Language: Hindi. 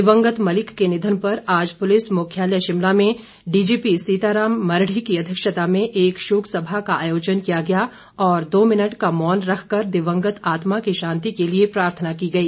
दिवंगत मलिक के निधन पर आज पुलिस मुख्यालय शिमला में डीजी पी सीताराम मरढ़ी की अध्यक्षता में एक शोक सभा का आयोजन किया गया और दो मिनट का मौन रखकर दिवंगत आत्मा की शांति के लिए प्रार्थना की गई